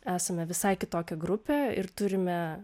esame visai kitokia grupė ir turime